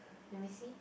let me see